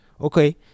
Okay